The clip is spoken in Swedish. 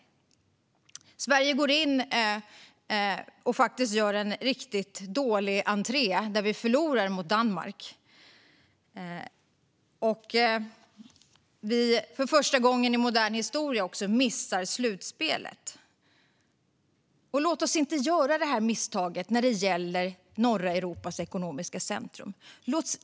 Sverige gick in och gjorde en riktig dålig entré med förlust mot Danmark. För första gången i modern historia missade vi slutspelet. Låt oss inte göra detta misstag när det gäller norra Europas ekonomiska centrum.